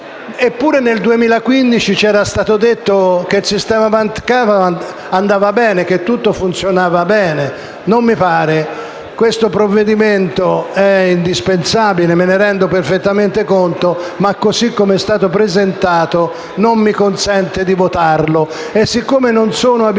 Eppure nel 2015 ci era stato detto che il sistema bancario andava bene e che tutto funzionava bene. Non mi pare. Questo provvedimento è indispensabile, me ne rendo perfettamente conto; ma, così com'è stato presentato, non mi consente di votarlo. E siccome non sono abituato